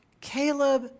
Caleb